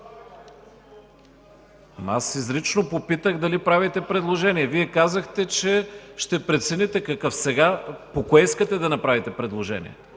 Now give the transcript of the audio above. Изрично попитах дали правите предложение. Вие казахте, че ще прецените. Сега по кое искате да направите предложение?